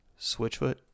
Switchfoot